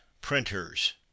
printers